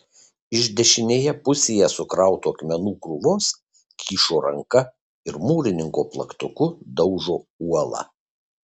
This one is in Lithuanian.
iš dešinėje pusėje sukrautų akmenų krūvos kyšo ranka ir mūrininko plaktuku daužo uolą